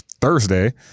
Thursday